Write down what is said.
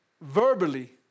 verbally